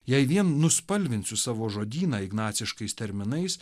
jei vien nuspalvinsiu savo žodyną ignaciškais terminais